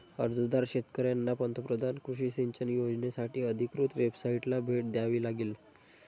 अर्जदार शेतकऱ्यांना पंतप्रधान कृषी सिंचन योजनासाठी अधिकृत वेबसाइटला भेट द्यावी लागेल